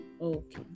Okay